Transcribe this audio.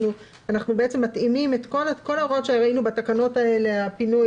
אנחנו בעצם מתאימים לכאן את כל ההוראות שראינו בתקנות האלה הפינוי,